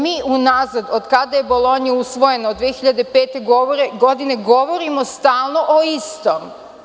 Mi unazad, od kada je Bolonja usvojena, od 2005. godine govorimo stalno o istom.